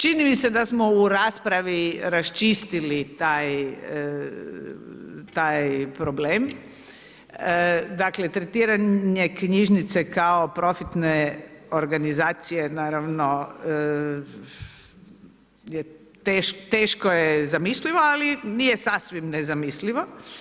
Čini mi se da smo u raspravi raščistili taj problem, dakle tretiranje knjižnice kao profitne organizacije, naravno teško je zamislivo, ali nije sasvim nezamislivo.